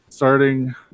Starting